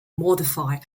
modified